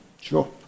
Sure